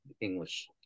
English